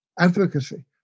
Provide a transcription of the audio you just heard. Advocacy